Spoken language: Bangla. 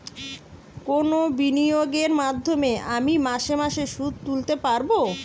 কোন বিনিয়োগের মাধ্যমে আমি মাসে মাসে সুদ তুলতে পারবো?